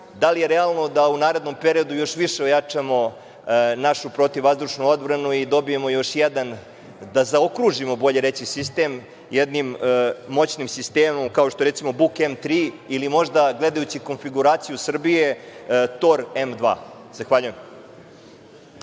da li je realno da u narednom periodu još više ojačamo našu protivvazdušnu odbranu i dobijemo još jedan… da zaokružimo, bolje reći, sistem jednim moćnim sistemom kao što je, recimo, "Buk-M3" ili možda gledajući konfiguraciju Srbije "Tor - M2"? **Veroljub